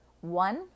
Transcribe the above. One